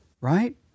right